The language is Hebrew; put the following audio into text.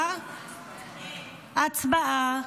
הצבעה.